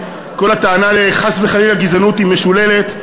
כל הטענה על חס וחלילה גזענות היא משוללת.